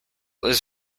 was